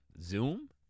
Zoom